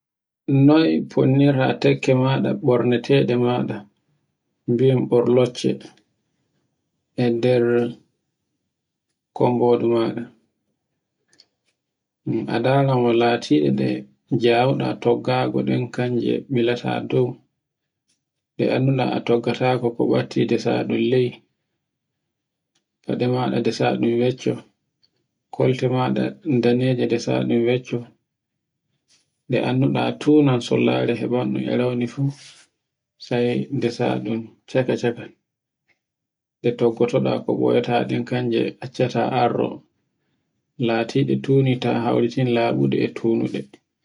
Noy fonnirta tekke maɗa ɓorneteɗe mada, biyon ɓorlocce, e nder kombodu maɗa. A ndara mo latiɗe nde jawuɗa toggagu ɗen kanje bila ta dow. Ɗe anndunɗa a toggatako ko batti ndesaɗun ley, faɗo maɗa ndasa ɗum wecco, kolte maɗa danajun desaɗun wecco. Ɗe anndunɗa tunan sollare heban ɗun e rawni fu, sai ndesa ɗun caka-caka ɗe toggatata ɗe boyata kanje accata ɗe arro latiɗe tundi ta hauritin labunde e tunuɗe.